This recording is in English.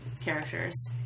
characters